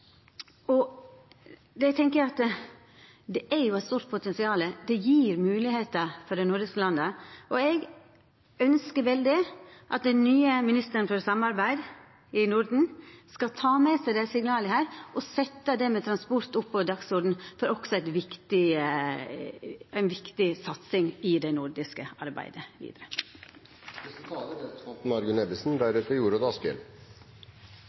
Eg tenkjer at det er eit stort potensial. Det gjev moglegheiter for dei nordiske landa, og eg ønskjer at den nye ministeren for samarbeid i Norden skal ta med seg desse signala og setja transport opp på dagsordenen som ei viktig satsing i det nordiske arbeidet vidare. Nordområdene er vårt viktigste utenrikspolitiske satsingsområde og er av stor betydning for Norge både sikkerhetspolitisk og